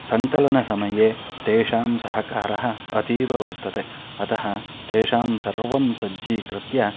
सङ्कलनसमये तेषां सहकारः अतीव वर्तते अतः तेषां सर्वं सज्जीकृत्य